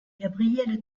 gabriele